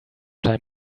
time